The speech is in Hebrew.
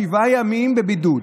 שבעה ימים בבידוד,